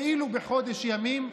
כאילו בחודש ימים,